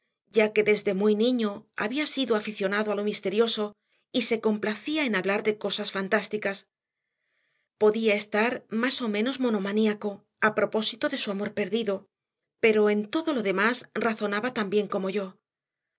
ya que desde muy niño había sido aficionado a lo misterioso y se complacía en hablar de cosas fantásticas podía estar más o menos monomaníaco a propósito de su amor perdido pero en todo lo demás razonaba tan bien como yo